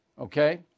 Okay